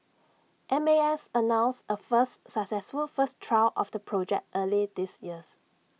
M A S announced A first successful first trial of the project early this year